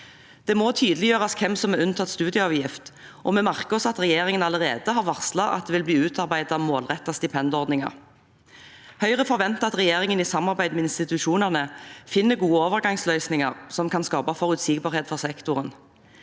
Det må tydeliggjøres hvem som er unntatt studieavgift, og vi merker oss at regjeringen allerede har varslet at det vil bli utarbeidet målrettede stipendordninger. Høyre forventer at regjeringen i samarbeid med institusjonene finner gode overgangsløsninger som kan skape forutsigbarhet for sektoren.